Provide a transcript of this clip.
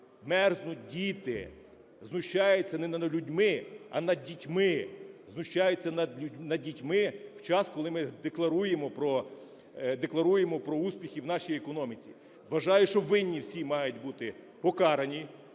мерзнуть діти. Знущаються не над людьми, а над дітьми. Знущаються над дітьми в час, коли ми декларуємо про успіхи в нашій економіці. Вважаю, що винні всі мають бути покарані,